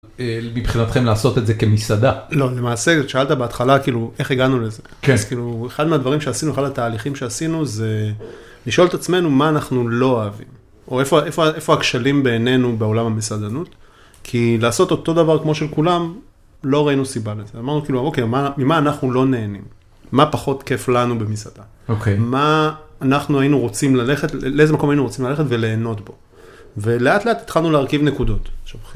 מבחינתכם לעשות את זה כמסעדה. לא למעשה שאלת בהתחלה כאילו איך הגענו לזה. כן. כאילו אחד מהדברים שעשינו אחד התהליכים שעשינו זה, לשאול את עצמנו מה אנחנו לא אוהבים, או איפה הכשלים בעינינו בעולם המסעדנות, כי לעשות אותו דבר כמו של כולם, לא ראינו סיבה לזה אמרנו כאילו מה אנחנו לא נהנים, מה פחות כיף לנו במסעדה, מה אנחנו היינו רוצים ללכת, לאיזה מקום היינו רוצים ללכת וליהנות בו, ולאט לאט התחלנו להרכיב נקודות.